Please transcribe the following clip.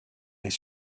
est